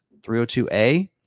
302A